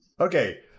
Okay